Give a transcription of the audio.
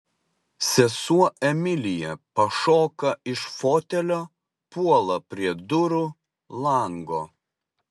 sesuo emilija pašoka iš fotelio puola prie durų lango